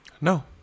No